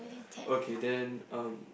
okay then um